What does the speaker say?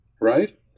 right